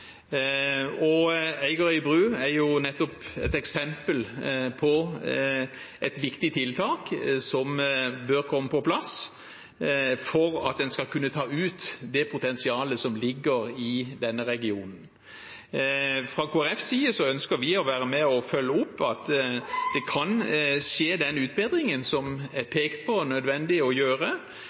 videre. Eigerøy bru er et eksempel på et viktig tiltak som bør komme på plass for at en skal kunne ta ut det potensialet som ligger i denne regionen. Fra Kristelig Folkepartis side ønsker vi å være med på å følge opp at den utbedringen som det er pekt på er nødvendig, kan skje. Vi vil være opptatt av å